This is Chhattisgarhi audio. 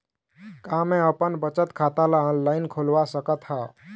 का मैं अपन बचत खाता ला ऑनलाइन खोलवा सकत ह?